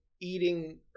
eating